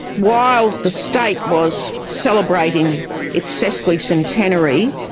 while the state was celebrating its sesquicentenary,